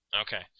Okay